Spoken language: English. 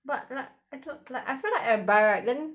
but like I to~ like I feel like I buy right then